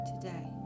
today